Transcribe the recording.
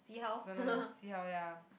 don't know lah see how ya